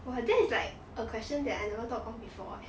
!wah! that is like a question that I never thought of before eh